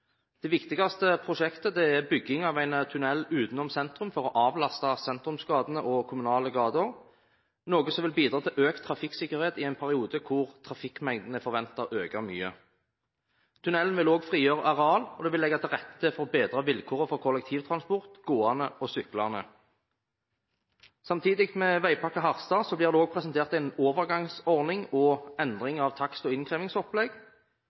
Det viktigste prosjektet er bygging av en tunnel utenom sentrum for å avlaste sentrumsgatene og kommunale gater, noe som vil bidra til økt trafikksikkerhet i en periode hvor trafikkmengden er forventet å øke mye. Tunnelen vil også frigjøre areal, og det vil legge til rette for bedre vilkår for kollektivtransport, gående og syklende. Samtidig med Veipakke Harstad blir det også presentert en overgangsordning og endring av takst- og innkrevingsopplegg.